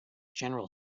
general